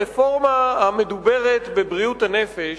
הרפורמה המדוברת בבריאות הנפש,